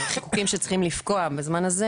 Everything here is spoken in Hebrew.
חיקוקים שצריכים לפקוע בזמן הזה,